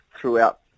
throughout